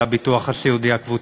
על הביטוח הסיעודי הקבוצתי,